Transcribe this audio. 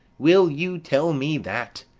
will you tell me that?